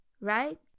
right